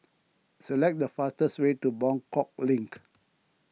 select the fastest way to Buangkok Link